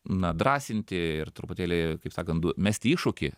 na drąsinti ir truputėlį kaip sakant mesti iššūkį